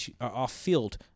off-field